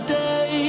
day